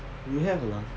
you have a not ah